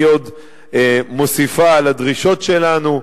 היא עוד מוסיפה לדרישות שלנו,